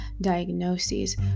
diagnoses